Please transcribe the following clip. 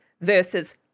versus